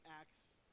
acts